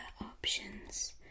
options